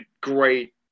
great